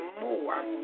more